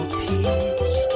peace